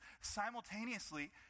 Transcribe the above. simultaneously